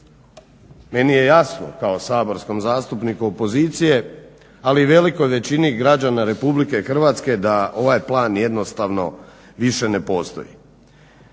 meni je jasno kao saborskom zastupniku opozicije, ali i velikoj većini građana Republike Hrvatske da ovaj plan jednostavno više ne postoji,